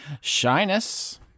Shyness